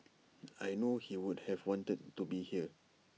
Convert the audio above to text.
I know he would have wanted to be here